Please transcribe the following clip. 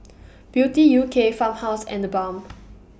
Beauty U K Farmhouse and TheBalm